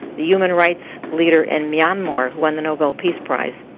the human rights leader in myanmar who won the nobel peace price.